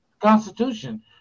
Constitution